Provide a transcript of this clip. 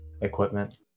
equipment